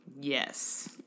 Yes